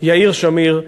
יאיר שמיר,